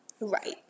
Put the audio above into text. Right